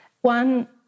One